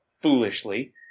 foolishly